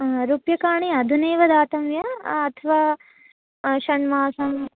रूप्यकाणि अधुनैव दातव्या अथवा षण्मासं